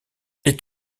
est